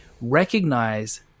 recognize